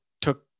took